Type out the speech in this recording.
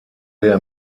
der